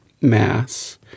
mass